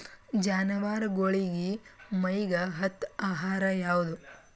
ಜಾನವಾರಗೊಳಿಗಿ ಮೈಗ್ ಹತ್ತ ಆಹಾರ ಯಾವುದು?